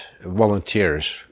volunteers